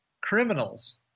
criminals